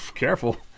careful.